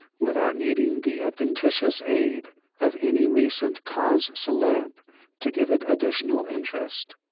without needing the adventitious aid of any recent causes celebres to give it additional interest.